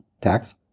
tax